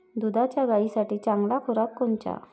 दुधाच्या गायीसाठी चांगला खुराक कोनचा?